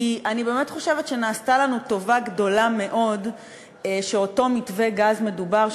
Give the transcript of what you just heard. כי אני באמת חושבת שנעשתה לנו טובה גדולה מאוד שאותו מתווה גז מדובר,